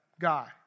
guy